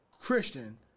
Christian